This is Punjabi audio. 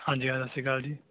ਹਾਂਜੀ ਸਰ ਸਤਿ ਸ਼੍ਰੀ ਅਕਾਲ ਜੀ